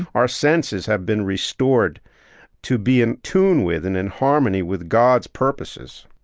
our senses have been restored to be in tune with and in harmony with god's purposes